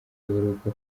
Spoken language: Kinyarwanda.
w’urugo